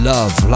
Love